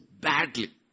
badly